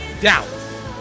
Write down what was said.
Dallas